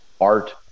art